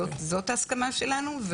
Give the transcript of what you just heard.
זאת ההסכמה שלנו.